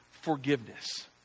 forgiveness